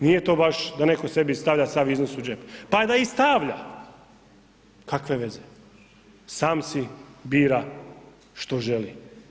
Nije to baš da neko sebi stavlja sav iznos u džep, pa da i stavlja kakve veze, sam si bira što želi.